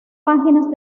páginas